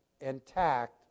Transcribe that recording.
intact